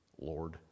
Lord